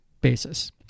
basis